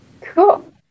Cool